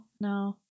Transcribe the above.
no